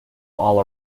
all